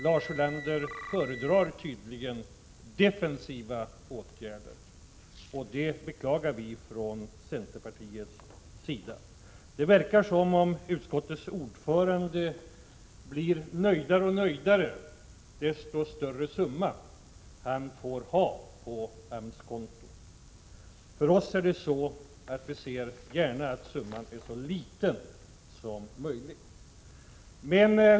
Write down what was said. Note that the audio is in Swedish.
Lars Ulander föredrar tydligen defensiva åtgärder. Det beklagar vi från centerpartiets sida. Det verkar som om utskottets ordförande blir allt nöjdare ju större summa han får ha på AMS konto. Vi ser gärna att den summan är så liten som möjligt.